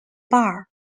bar